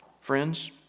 Friends